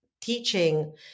teaching